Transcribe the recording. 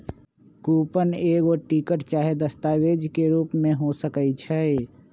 coupon एगो ticket चाहे दस्तावेज के रूप में हो सकइ छै